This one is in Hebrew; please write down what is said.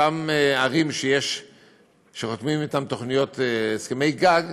אותן ערים שחותמים אתן על תוכניות הסכמי גג,